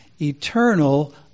eternal